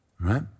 right